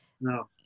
No